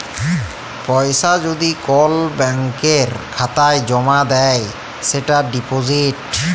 পয়সা যদি কল ব্যাংকের খাতায় জ্যমা দেয় সেটা ডিপজিট